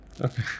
Okay